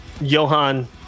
Johan